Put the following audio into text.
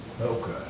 Okay